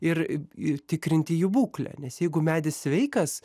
ir ir tikrinti jų būklę nes jeigu medis sveikas